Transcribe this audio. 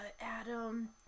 Adam